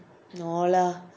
no lah